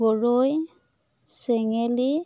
গৰৈ চেঙেলী